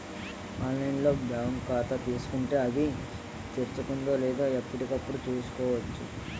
online లో bank ఖాతా తీసుకుంటే, అది తెరుచుకుందో లేదో ఎప్పటికప్పుడు చూసుకోవచ్చు